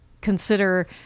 consider